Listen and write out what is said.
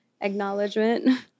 acknowledgement